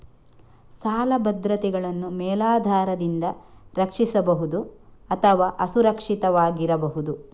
ಸಾಲ ಭದ್ರತೆಗಳನ್ನು ಮೇಲಾಧಾರದಿಂದ ರಕ್ಷಿಸಬಹುದು ಅಥವಾ ಅಸುರಕ್ಷಿತವಾಗಿರಬಹುದು